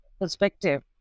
perspective